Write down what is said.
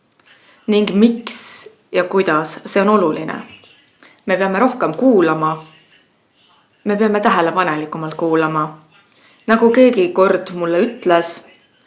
ning miks ja kuidas see on oluline. Me peame rohkem kuulama, me peame tähelepanelikumalt kuulama. Nagu keegi mulle kord